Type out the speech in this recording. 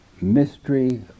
mystery